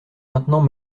maintenant